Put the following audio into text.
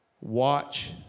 watch